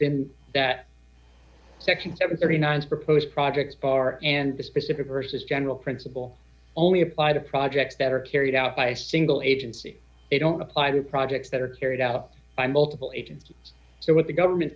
been that section thirty nine proposed projects bar and the specific versus general principle only apply the projects that are carried out by a single agency they don't apply the projects that are carried out by multiple agencies so what the government